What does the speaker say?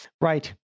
Right